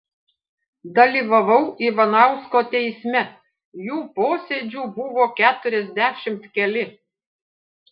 dalyvavau ivanausko teisme jų posėdžių buvo keturiasdešimt keli